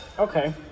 Okay